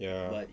ya